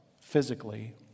physically